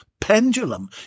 pendulum